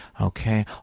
Okay